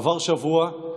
עבר שבוע,